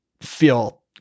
feel